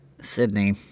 Sydney